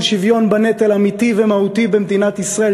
שוויון בנטל אמיתי ומהותי במדינת ישראל.